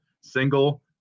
single